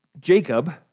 Jacob